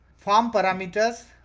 form parameters,